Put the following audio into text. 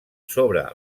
sobre